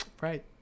Right